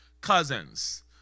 cousins